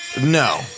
No